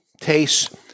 taste